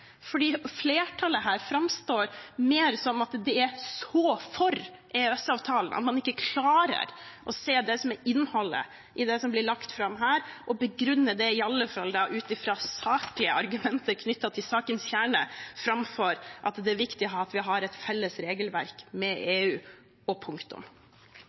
flertallet her framstår mer som at de er så for EØS-avtalen at man ikke klarer å se det som er innholdet i det som blir lagt fram her, og i alle fall begrunne det ut fra saklige argumenter knyttet til sakens kjerne, framfor at det er viktig at vi har et felles regelverk med EU – og så punktum.